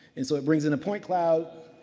and so it brings in a point cloud,